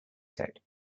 said